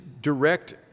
direct